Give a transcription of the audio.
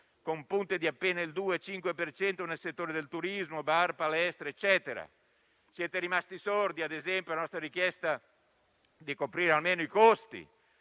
con punte di appena il 2,5 per cento nei settori del turismo, bar, palestre, eccetera. Siete rimasti sordi, ad esempio, alla nostra richiesta di coprire almeno i costi